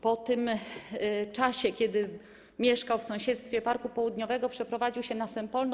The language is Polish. Po tym czasie, kiedy mieszkał w sąsiedztwie parku Południowego, przeprowadził się na Sępolno.